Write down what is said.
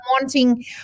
wanting